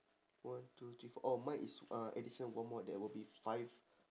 one two three four oh mine is uh additional one more that will be five